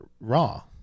raw